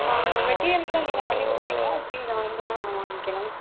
ஆ இந்த மெட்டிரியல்ஸ் எல்லாம் நீங்கள் பண்ணி கொடுப்பீங்களா எப்படி நாங்க தான் வாங்கிக்கணுமா